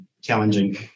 challenging